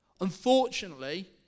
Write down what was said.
Unfortunately